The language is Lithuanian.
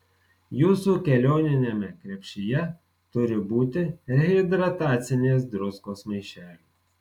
jūsų kelioniniame krepšyje turi būti rehidratacinės druskos maišelių